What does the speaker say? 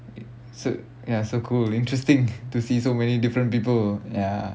it's ya so cool interesting to see so many different people ya